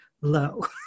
low